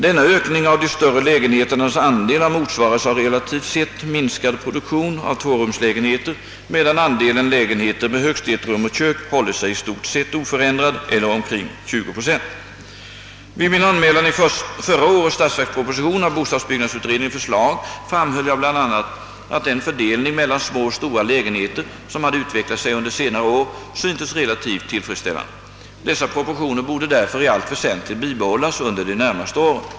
Denna ökning av de större lägenheternas andel har motsvarats av relativt sett minskad produktion av tvårumslägenheter medan andelen lägenheter med högst ett rum och kök hållit sig i stort sett oförändrad eller omkring 20 procent. Vid min anmälan i förra årets statsverksproposition av bostadsbyggnadsutredningens förslag framhöll jag bl.a. att den fördelning mellan små och stora lägenheter, som hade utvecklat sig under senare år, syntes relativt tillfredsställande. Dessa proportioner borde därför i allt väsentligt bibehållas under de närmaste åren.